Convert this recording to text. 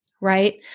right